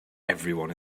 everyone